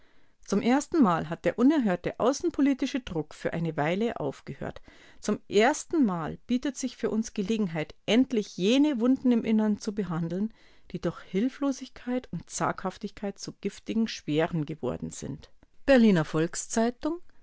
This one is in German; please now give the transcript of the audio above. zum erstenmal hat der unerhörte außenpolitische druck für eine weile aufgehört zum erstenmal bietet sich für uns gelegenheit endlich jene wunden im innern zu behandeln die durch hilflosigkeit und zaghaftigkeit zu giftigen schwären geworden sind berliner volks-zeitung